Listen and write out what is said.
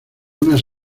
unas